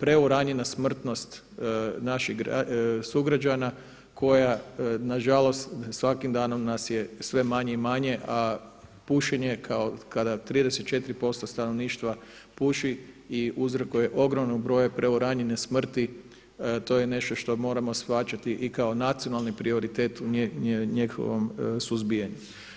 preuranjena smrtnost naših sugrađana koja nažalost svakim danom nas je sve manje i manje, a pušenje kada 34% stanovništva puši i uzrokuje ogroman broj preuranjene smrti to je nešto što moramo shvaćati i kao nacionalni prioritet u njihovom suzbijanju.